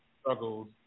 struggles